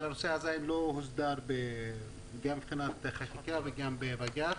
הנושא עדיין לא הוסדר, גם מבחינת חקיקה וגם בבג"ץ.